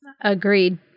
Agreed